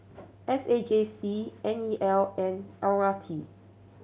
S A J C N E L and L R T